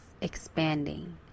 expanding